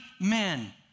men